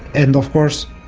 and of course,